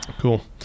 cool